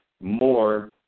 more